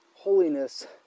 holiness